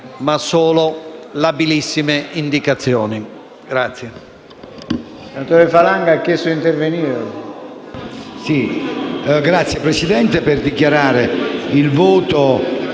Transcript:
ma solo labilissime indicazioni.